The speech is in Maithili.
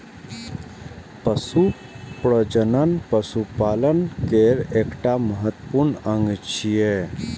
पशु प्रजनन पशुपालन केर एकटा महत्वपूर्ण अंग छियै